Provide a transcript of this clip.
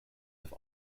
have